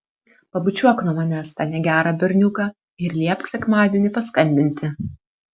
pabučiuok nuo manęs tą negerą berniuką ir liepk sekmadienį paskambinti